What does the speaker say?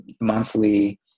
monthly